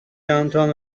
downtown